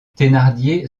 thénardier